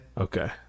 Okay